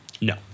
No